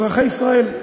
אזרחי ישראל.